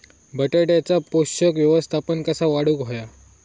बटाट्याचा पोषक व्यवस्थापन कसा वाढवुक होया?